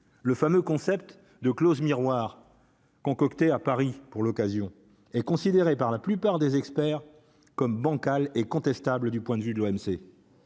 le fameux concept de clauses miroirs concocté à Paris pour l'occasion, est considéré par la plupart des experts comme bancal et contestable du point de vue de l'OMC.